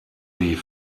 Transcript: die